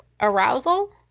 arousal